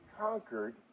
conquered